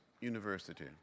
university